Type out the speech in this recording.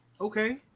Okay